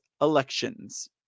elections